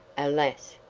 alas!